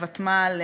הוותמ"ל,